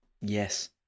Yes